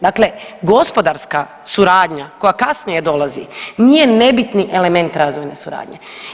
Dakle, gospodarska suradnja koja kasnije dolazi nije nebitni element razvojne suradnje.